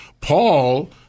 Paul